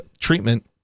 treatment